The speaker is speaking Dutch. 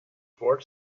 woord